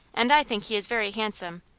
and i think he is very handsome,